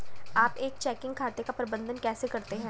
आप एक चेकिंग खाते का प्रबंधन कैसे करते हैं?